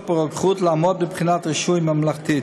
ברוקחות לעמוד בבחינת רישוי ממלכתית.